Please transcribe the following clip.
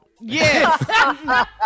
Yes